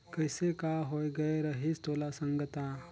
कइसे का होए गये रहिस तोला संगता